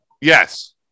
Yes